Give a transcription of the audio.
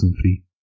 free